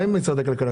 מה עם משרד הכלכלה?